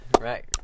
Right